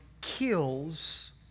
kills